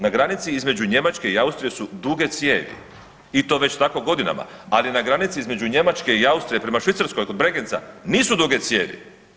Na granici između Njemačke i Austrije su duge cijevi i to već tako godinama, ali na granici između Njemačke i Austrije prema Švicarskoj oko Bregenza nisu duge cijevi.